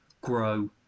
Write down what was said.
grow